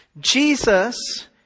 Jesus